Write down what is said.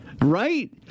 Right